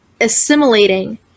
assimilating